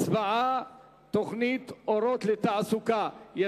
תוכנית "אורות לתעסוקה" הצבעה.